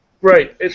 Right